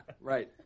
Right